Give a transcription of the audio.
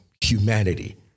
humanity